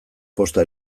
posta